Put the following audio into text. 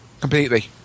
completely